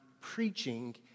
preaching